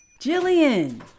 Jillian